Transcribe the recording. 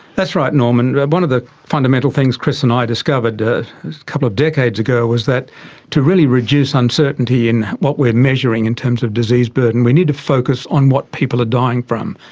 that's right norman. one of the fundamental things chris and i discovered a couple of decades ago was that to really reduce uncertainty in what we are measuring in terms of disease burden we need to focus on what people are dying from.